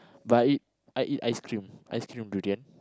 but I eat I eat ice-cream ice-cream durian